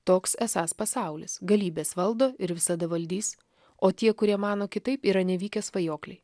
toks esąs pasaulis galybės valdo ir visada valdys o tie kurie mano kitaip yra nevykę svajokliai